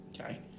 okay